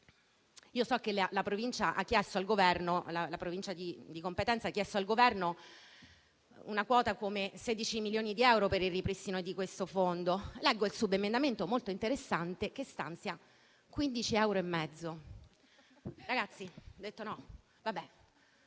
So che la Provincia di competenza ha chiesto al Governo la quota di 16 milioni di euro per il ripristino di questo fondo. Leggo il subemendamento molto interessante che stanzia 15,5 euro.